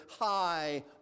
high